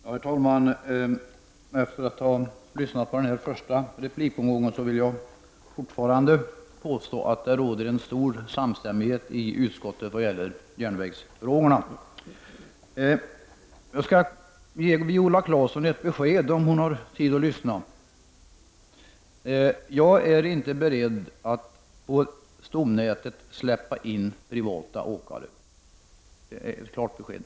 Herr talman! Efter att ha lyssnat på den första replikomgången vill jag fortfarande påstå att det råder stor samstämmighet i utskottet vad gäller järnvägsfrågorna. Jag skall ge Viola Claesson ett besked — om hon har tid att lyssna. Jag är inte beredd att på stomnätet släppa in privata åkare. Det är ett klart besked.